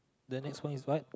the next one is what